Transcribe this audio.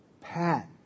Pat